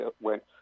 went